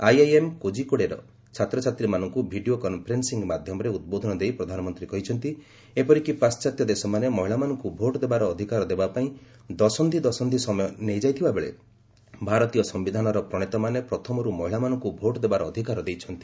IIM କୋଜିକୋଡେର ଛାତ୍ରଛାତ୍ରୀମାନଙ୍କୁ video conferencing ମାଧ୍ୟମରେ ଉଦ୍ବୋଧନ ଦେଇ ପ୍ରଧାନମନ୍ତ୍ରୀ କହିଛନ୍ତି ଏପରିକି ପାଶ୍ଚାତ୍ୟ ଦେଶମାନେ ମହିଳାମାନଙ୍କୁ ଭୋଟଦେବାର ଅଧିକାର ଦେବା ପାଇଁ ଦଶନ୍ଧି ଦଶନ୍ଧି ସମୟ ନେଇଯାଇଥିବା ବେଳେ ଭାରତୀୟ ସିୟିଧାନର ପ୍ରଣେତାମାନେ ପ୍ରଥମରୁ ମହିଳାମାନଙ୍କୁ ଭୋଟ ଦେବାର ଅଧିକାର ଦେଇଛନ୍ତି